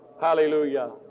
Hallelujah